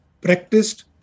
practiced